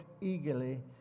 eagerly